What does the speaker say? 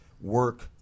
work